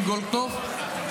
עם גולדקנופ,